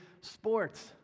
sports